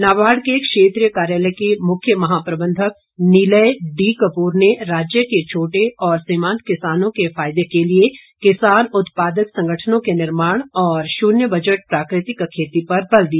नाबार्ड को क्षेत्रीय कार्यालय को मुख्य महाप्रबंधक नीलय डी कपूर ने राज्य के छोटे और सीमांत किसानों के फायदे के लिए किसान उत्पादक संगठनों के निर्माण और शून्य बजट प्राकृतिक खेती पर बल दिया